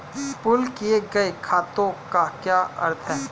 Pool किए गए खातों का क्या अर्थ है?